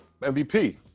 MVP